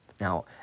Now